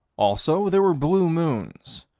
also there were blue moons.